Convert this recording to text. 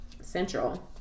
central